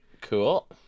Cool